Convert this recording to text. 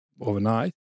overnight